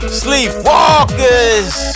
sleepwalkers